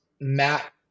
matt